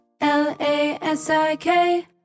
L-A-S-I-K